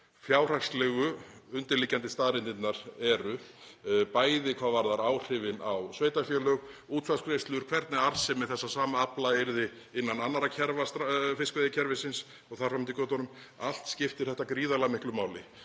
fjárhagslegu undirliggjandi staðreyndirnar eru, bæði hvað varðar áhrifin á sveitarfélög, útsvarsgreiðslur, hvernig arðsemi þessa sama afla yrði innan annarra kerfa fiskveiðikerfisins og þar fram eftir götunum. Allt skiptir þetta gríðarlega miklu máli.